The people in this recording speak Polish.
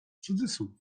cudzysłów